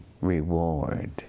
reward